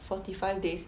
forty five days